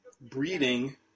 breeding